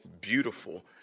beautiful